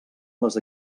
les